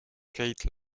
kate